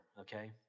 okay